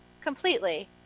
completely